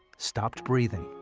stopped breathing.